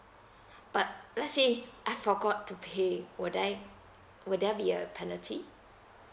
but let say I forgot to pay will there will there be a penalty